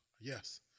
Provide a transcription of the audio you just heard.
yes